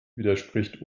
widerspricht